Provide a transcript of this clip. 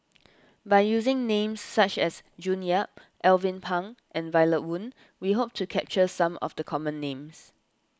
by using names such as June Yap Alvin Pang and Violet Oon we hope to capture some of the common names